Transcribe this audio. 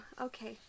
okay